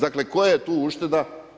Dakle koja je tu ušteda?